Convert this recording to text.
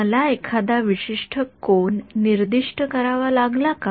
मला एखादा विशिष्ट कोन निर्दिष्ट करावा लागला का